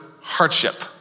hardship